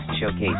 showcase